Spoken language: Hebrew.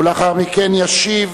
לאחר מכן ישיב